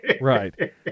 Right